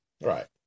Right